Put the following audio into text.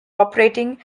operating